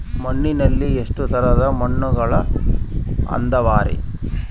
ಮಣ್ಣಿನಲ್ಲಿ ಎಷ್ಟು ತರದ ಮಣ್ಣುಗಳ ಅದವರಿ?